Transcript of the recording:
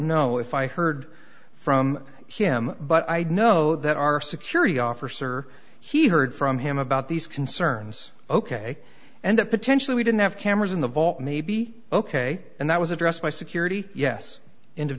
know if i heard from him but i know that our security officer he heard from him about these concerns ok and that potentially we didn't have cameras in the vault maybe ok and that was addressed by security yes